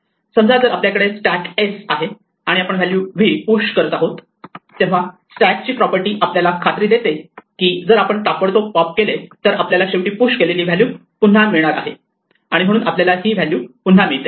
समजा जर आपल्याकडे स्टॅक s आहे आणि आपण व्हॅल्यू v पुश करत आहोत तेव्हा स्टॅकची प्रॉपर्टी आपल्याला खात्री देते की जर आपण ताबडतोब पॉप केले तर आपल्याला शेवटी पुश केलेली व्हॅल्यू पुन्हा मिळणार आहे आणि म्हणून आपल्याला v ही व्हॅल्यू पुन्हा मिळते